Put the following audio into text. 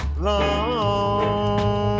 long